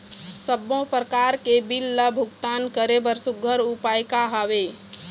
सबों प्रकार के बिल ला भुगतान करे बर सुघ्घर उपाय का हा वे?